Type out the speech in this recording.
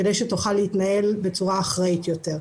כדי שתוכל להתנהל בצורה אחראית יותר.